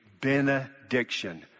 benediction